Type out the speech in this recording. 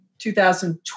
2012